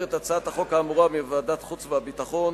את הצעת החוק האמורה מוועדת החוץ והביטחון